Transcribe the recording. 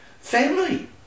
family